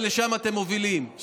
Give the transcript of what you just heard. ולשם אתם מובילים.